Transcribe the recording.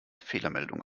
fehlermeldung